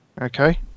Okay